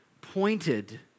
pointed